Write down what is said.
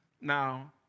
Now